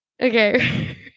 Okay